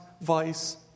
vice